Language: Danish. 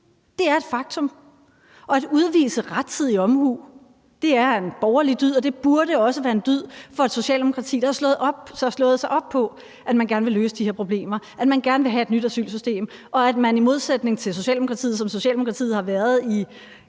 Det er et faktum. Og at udvise rettidig omhu er en borgerlig dyd, og det burde også være en dyd for et Socialdemokrati, der har slået sig op på, at man gerne vil løse de her problemer, at man gerne vil have et nyt asylsystem, og at man, i modsætning til hvordan Socialdemokratiet stort set altid har været